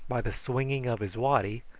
by the swinging of his waddy,